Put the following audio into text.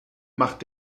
macht